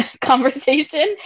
conversation